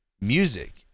music